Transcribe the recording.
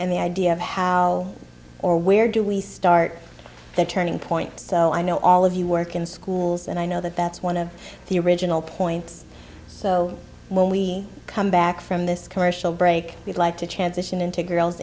and the idea of how or where do we start the turning point so i know all of you work in schools and i know that that's one of the original points so when we come back from this commercial break we'd like to transition into girls